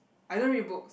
I don't read books